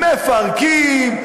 מפרקים,